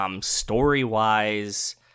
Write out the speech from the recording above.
story-wise